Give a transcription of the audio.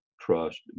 trust